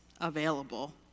available